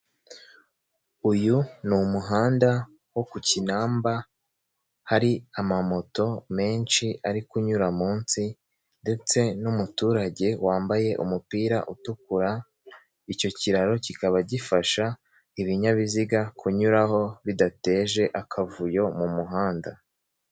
Uyu ni umuhanda wo ku Kinamba, hari amamoto menshi ari kunyura munsi, ndetse n'umuturage wambaye umupira utukura, icyo kiraro kikaba gifasha ibinyabiziga kunyuraho bidateje akavuyo mu muhanda.